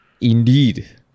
Indeed